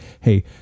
hey